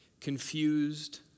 confused